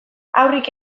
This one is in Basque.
haurrik